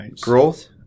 growth